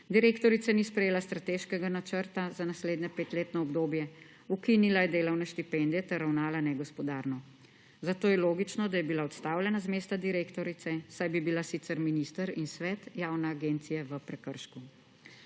Direktorica ni sprejela strateškega načrta za naslednje petletno obdobje, ukinila je delovne štipendije ter ravnala negospodarno. Zato je logično, da je bila odstavljena z mesta direktorice, saj bi bila sicer minister in svet Javne agencije v prekršku.